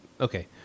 Okay